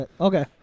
Okay